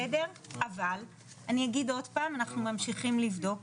אבל אני אגיד עוד פעם, אנחנו ממשיכים לבדוק,